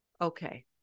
Okay